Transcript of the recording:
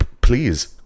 please